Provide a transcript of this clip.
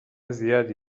زیادی